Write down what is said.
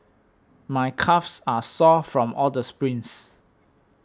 my calves are sore from all the sprints